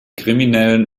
kriminellen